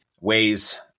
ways